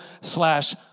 slash